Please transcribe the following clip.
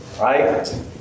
Right